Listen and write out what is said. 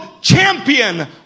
champion